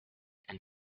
and